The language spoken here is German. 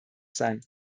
sein